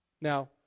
now